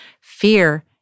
Fear